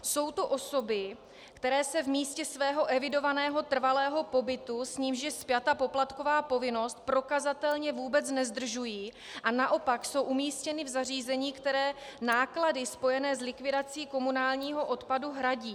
Jsou to osoby, které se v místě svého evidovaného trvalého pobytu, s nímž je spjata poplatková povinnost, prokazatelně vůbec nezdržují a naopak jsou umístěny v zařízení, které náklady spojené s likvidací komunálního odpadu hradí.